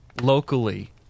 locally